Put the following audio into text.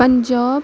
Punjab